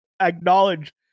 acknowledge